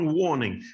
warning